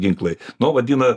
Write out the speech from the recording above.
ginklai no vadina